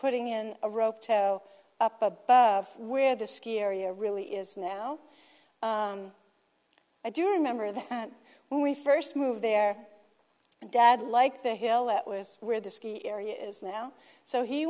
putting in a rope to go up above where the ski area really is now i do remember that when we first moved there and dad like the hill that was where the ski area is now so he